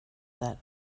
that